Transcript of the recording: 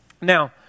Now